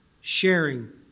sharing